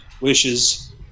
wishes